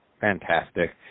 Fantastic